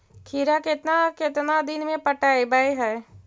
खिरा केतना केतना दिन में पटैबए है?